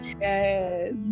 Yes